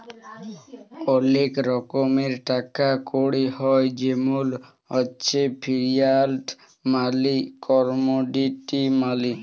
ওলেক রকমের টাকা কড়ি হ্য় জেমল হচ্যে ফিয়াট মালি, কমডিটি মালি